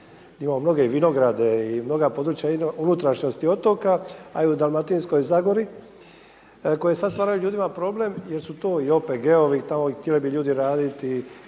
imamo mnoge i vinograde i mnoga područja na unutrašnjosti otoka a i u Dalmatinskoj zagori koje sada stvaraju ljudima problem jer su to i OPG-ovi, htjeli bi ljudi raditi,